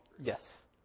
Yes